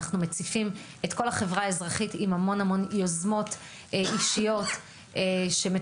אנחנו מציפים את כל החברה האזרחית עם המון-המון יוזמות אישיות שמטפלות,